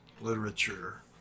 literature